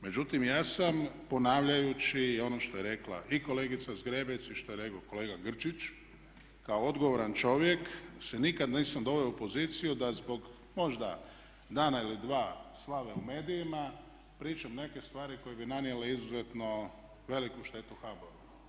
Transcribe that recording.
Međutim, ja sam ponavljajući ono što je rekla i kolegica Zgrebec, i što je rekao kolega Grčić kao odgovoran čovjek se nikad nisam doveo u poziciju da zbog možda dana ili dva slave u medijima pričam neke stvari koje bi nanijele izuzetno veliku štetu HBOR-u.